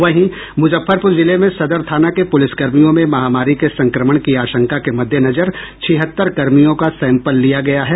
वहीं मुजफ्फरपुर जिले में सदर थाना के पुलिसकर्मियों में महामारी के संक्रमण की आशंका के मद्देनजर छिहत्तर कर्मियों का सैंपल लिया गया है